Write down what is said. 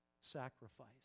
sacrifice